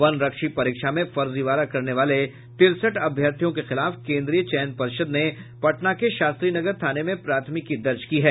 वनरक्षी परीक्षा में फर्जीवाड़ा करने वाले तिरसठ अभ्यर्थियों के खिलाफ केन्द्रीय चयन पर्षद ने पटना के शास्त्रीनगर थाने में प्राथमिकी दर्ज की है